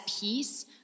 peace